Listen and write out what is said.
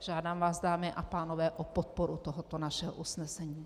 Žádám vás, dámy a pánové, o podporu tohoto našeho usnesení.